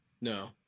no